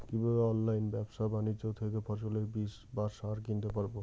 কীভাবে অনলাইন ব্যাবসা বাণিজ্য থেকে ফসলের বীজ বা সার কিনতে পারবো?